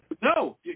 No